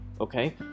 okay